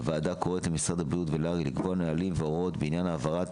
הוועדה קוראת למשרד הבריאות ולהר"י לקבוע נהלים והוראות בעניין העברת